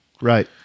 Right